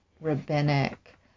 rabbinic